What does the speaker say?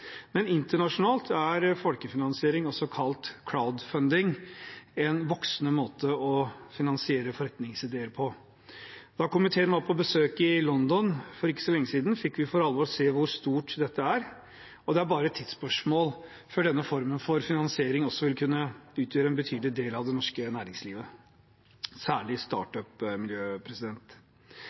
Men internasjonalt er folkefinansiering, også kalt crowdfunding, en voksende måte å finansiere forretningsideer på. Da komiteen var på besøk i London for ikke så lenge siden, fikk vi for alvor se hvor stort dette er, og det er bare et tidsspørsmål før denne formen for finansiering også vil kunne utgjøre en betydelig del av det norske næringslivet, særlig